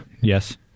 yes